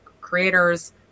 creators